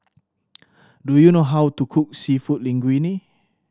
do you know how to cook Seafood Linguine